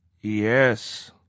Yes